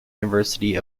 university